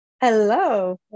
Hello